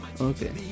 Okay